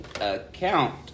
account